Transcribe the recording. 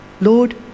Lord